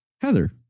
Heather